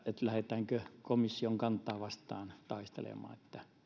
lähdetäänkö komission kantaa vastaan taistelemaan